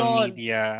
media